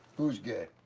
who's gay?